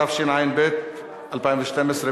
התשע"ב 2012,